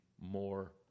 more